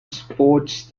sports